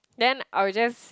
then I was just